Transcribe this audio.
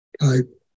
type